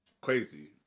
crazy